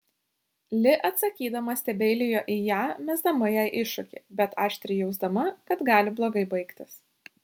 li atsakydama stebeilijo į ją mesdama jai iššūkį bet aštriai jausdama kad gali blogai baigtis